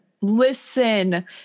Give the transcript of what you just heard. listen